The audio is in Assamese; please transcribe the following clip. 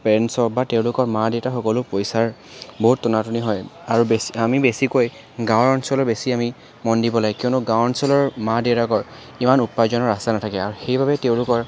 পেৰেণ্টছৰ বা তেওঁলোকৰ মা দেউতাসকলো পইচাৰ বহুত টনাটনি হয় আৰু বেছি আমি বেছিকৈ গাঁৱৰ অঞ্চলৰ বেছি আমি মন দিব লাগে কিয়নো গাঁও অঞ্চলৰ মা দেউতাকৰ ইমান উপাৰ্জনৰ ৰাস্তা নাথাকে আৰু সেইবাবেই তেওঁলোকৰ